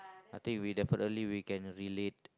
I think we definitely we can relate